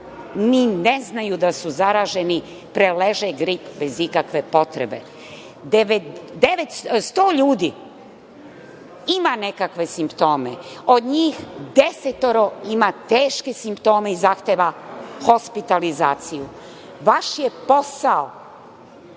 ni ne znaju da su zaraženi, preleže grip bez ikakve potrebe. Sto ljudi ima nekakve simptome, od njih, 10 ima teške simptome i zahteva hospitalizaciju. Vaš je posao,